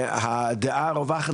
הדעה הרווחת,